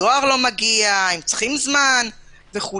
הדואר לא מגיע, הם צריכים זמן וכו'.